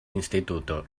instituto